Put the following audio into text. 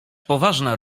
poważna